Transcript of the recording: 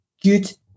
Good